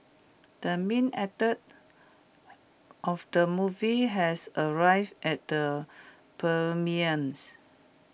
the main actor of the movie has arrived at the premieres